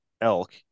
elk